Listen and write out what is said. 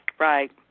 Right